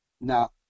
Now